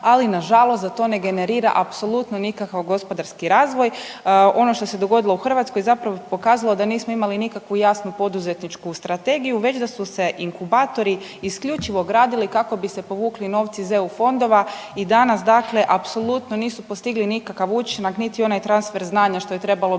ali nažalost da to ne generira apsolutno nikakav gospodarski razvoj. Ono što se dogodilo u Hrvatskoj zapravo pokazalo da nismo imali nikakvu jasnu poduzetničku strategiju već da su se inkubatori isključivo gradili kako bi se povukli novci iz EU fondova i danas dakle apsolutno nisu postigli nikakav učinak niti onaj transfer znanja što je trebalo biti